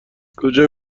کجا